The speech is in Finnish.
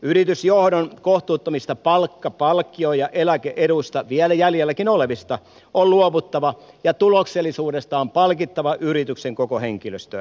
yritysjohdon kohtuuttomista palkka palkkio ja eläke eduista vieläkin jäljellä olevista on luovuttava ja tuloksellisuudesta on palkittava yrityksen koko henkilöstöä